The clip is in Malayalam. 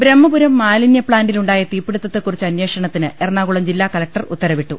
ബ്രഹ്മപുരം മാലിന്യപ്ലാന്റിലുണ്ടായ തീപിടിത്തത്തെക്കുറിച്ച് അന്വേഷണത്തിന് എറണാകുളം ജില്ലാകലക്ടർ ഉത്തരവിട്ടു